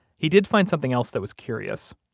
he did find something else that was curious.